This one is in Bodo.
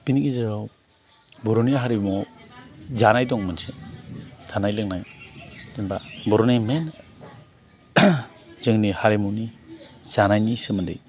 बिनि गेजेराव बर'नि हारिमुआव जानाय दं मोनसे थानाय लोंनाय जेनेबा बर'नि मेन जोंनि हारिमुनि जानायनि सोमोन्दै